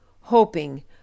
hoping